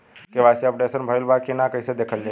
KYC update भइल बा कि ना कइसे देखल जाइ?